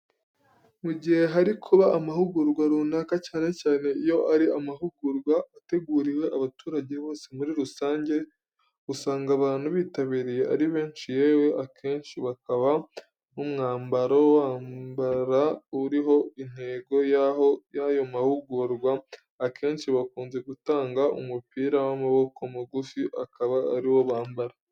Mu gihe hari kuba amahugurwa runaka, cyane cyane iyo ari amahugurwa ateguriwe abaturage bose muri rusange, usanga abantu bitabiriye ari benshi yewe akenshi bakabaha n'umwambaro bambara uriho intego y'ayo mahugurwa, akenshi bakunze gutanga umupira w'amaboko magufi akaba ari wo bambara.